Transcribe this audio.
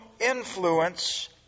influence